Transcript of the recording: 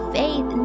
faith